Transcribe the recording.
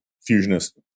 fusionist